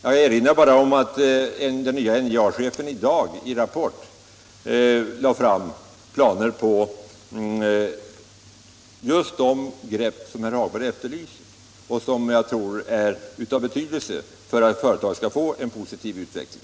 Jag vill erinra om att den nye NJA-chefen i programmet Rapport i dag lade fram planer på de ytterligare grepp som herr Hagberg efterlyser och som jag tror är av betydelse för att företaget skall få en positiv utveckling.